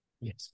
yes